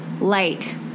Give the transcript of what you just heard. light